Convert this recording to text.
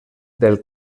del